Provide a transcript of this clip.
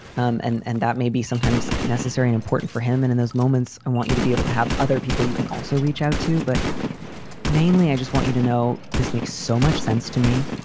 um and and that may be sometimes necessary and important for him. and in those moments, i and want you to be able to have other people you can also reach out to. but mainly, i just want you to know this makes so much sense to me.